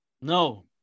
No